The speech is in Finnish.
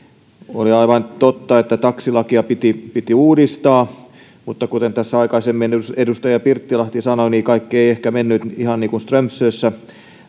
oli aivan totta että taksilakia piti piti uudistaa mutta kuten tässä aikaisemmin edustaja pirttilahti sanoi niin kaikki ei ehkä mennyt ihan niin kuin strömsössä